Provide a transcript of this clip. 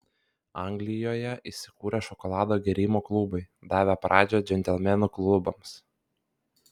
anglijoje įsikūrė šokolado gėrimo klubai davę pradžią džentelmenų klubams